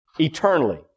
eternally